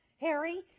Harry